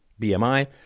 BMI